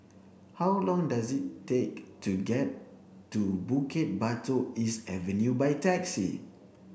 how long does it take to get to Bukit Batok East Avenue by taxi